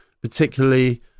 particularly